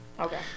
Okay